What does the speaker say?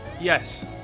Yes